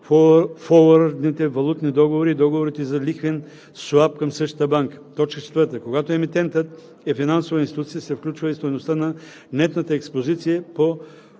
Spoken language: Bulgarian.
форуърдните валутни договори и договорите за лихвен cyaп към същата банка; 4. когато емитентът е финансова институция, се включва и стойността на нетната експозиция по